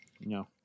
No